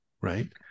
right